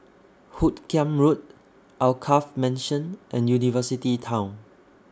Hoot Kiam Road Alkaff Mansion and University Town